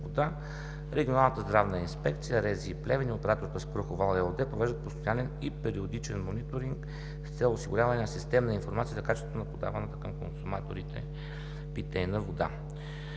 Регионалната здравна инспекция (РЗИ) – Плевен, и операторът „Аспарухов вал” ЕООД провеждат постоянен и периодичен мониторинг с цел осигуряване на системна информация за качеството на подаваната към консуматорите питейна вода.